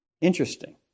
Interesting